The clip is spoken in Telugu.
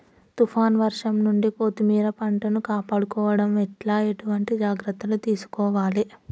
తుఫాన్ వర్షం నుండి కొత్తిమీర పంటను కాపాడుకోవడం ఎట్ల ఎటువంటి జాగ్రత్తలు తీసుకోవాలే?